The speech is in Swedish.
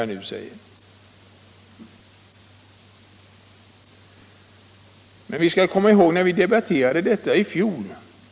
Men vi skall komma ihåg att läget var annorlunda när vi debatterade frågan i fjol.